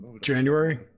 January